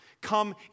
Come